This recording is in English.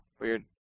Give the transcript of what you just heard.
weird